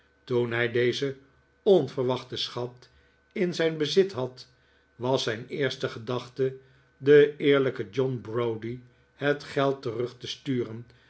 toen hij dezen onverwachten schat in zijn bezit had was zijn eerste gedachte den eerlijken john browdie het geld terug te sturen